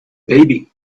baby